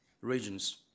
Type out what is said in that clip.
regions